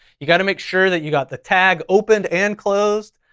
you gotta make sure that you got the tag opened and closed.